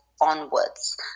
onwards